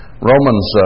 Romans